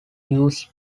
used